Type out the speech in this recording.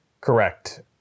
Correct